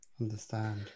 Understand